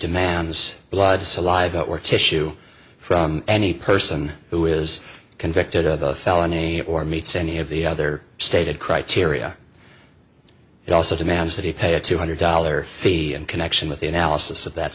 demands blood saliva or tissue from any person who is convicted of a felony or meets any of the other stated criteria and also demands that he pay a two hundred dollar fee and connection with the analysis of that